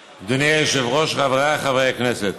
היושב-ראש, חבריי חברי הכנסת,